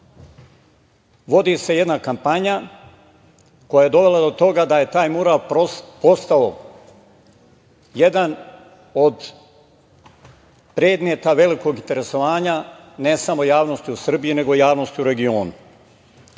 vodi se jedna kampanja koja je dovela do toga da je taj mural postao jedan od predmeta velikog interesovanja ne samo javnosti u Srbiji, nego i javnosti u regionu.